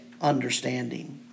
understanding